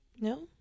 No